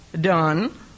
done